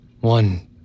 One